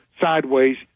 sideways